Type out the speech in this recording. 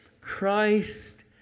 Christ